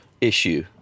issue